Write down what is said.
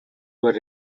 were